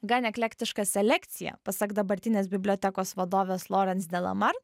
gan eklektiška selekcija pasak dabartinės bibliotekos vadovės lorenz delamar